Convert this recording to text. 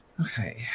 Okay